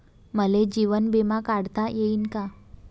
मले जीवन बिमा काढता येईन का?